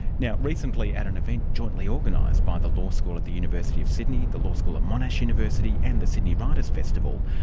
now recently at an event jointly organised by the law school at the university of sydney, the law school at monash university, and the sydney writers' festival,